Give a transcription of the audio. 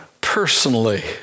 personally